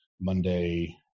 Monday